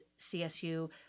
CSU